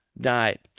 died